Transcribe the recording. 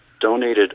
donated